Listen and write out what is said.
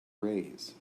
raise